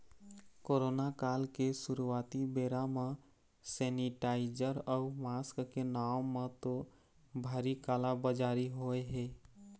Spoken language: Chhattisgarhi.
कोरोना काल के शुरुआती बेरा म सेनीटाइजर अउ मास्क के नांव म तो भारी काला बजारी होय हे